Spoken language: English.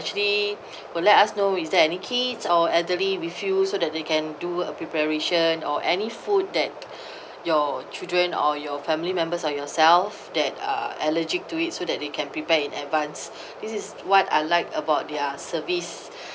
actually will let us know is there any kids or elderly with you so that they can do a preparation or any food that your children or your family members or yourself that uh allergic to it so that they can prepare in advance this is what I like about their service